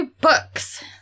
books